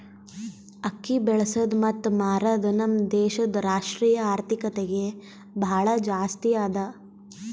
ಅಕ್ಕಿ ಬೆಳಸದ್ ಮತ್ತ ಮಾರದ್ ನಮ್ ದೇಶದ್ ರಾಷ್ಟ್ರೀಯ ಆರ್ಥಿಕತೆಗೆ ಭಾಳ ಜಾಸ್ತಿ ಅದಾ